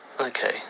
okay